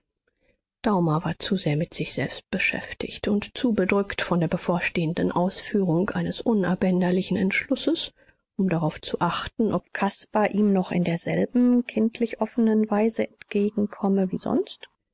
könnten daumer war zu sehr mit sich selbst beschäftigt und zu bedrückt von der bevorstehenden ausführung eines unabänderlichen entschlusses um darauf zu achten ob caspar ihm noch in derselben kindlich offenen weise entgegenkomme wie sonst